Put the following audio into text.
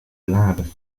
limbe